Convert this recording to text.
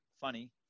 funny